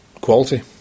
quality